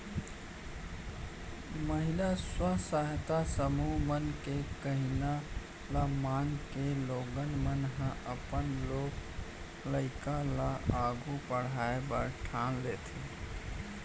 महिला स्व सहायता समूह मन के कहिना ल मानके लोगन मन ह अपन लोग लइका ल आघू पढ़ाय बर ठान लेथें